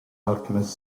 alchemist